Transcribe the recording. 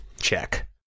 Check